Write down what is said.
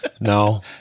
no